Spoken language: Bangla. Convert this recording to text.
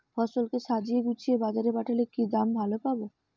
ফসল কে সাজিয়ে গুছিয়ে বাজারে পাঠালে কি দাম ভালো পাব?